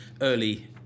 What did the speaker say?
early